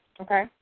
Okay